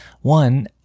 One